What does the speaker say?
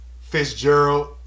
Fitzgerald